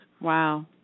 Wow